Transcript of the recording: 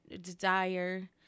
desire